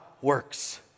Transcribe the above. works